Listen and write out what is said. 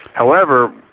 however,